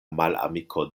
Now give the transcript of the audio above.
malamiko